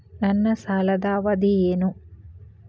ನನ್ನ ಸಾಲದ ಅವಧಿ ಏನು?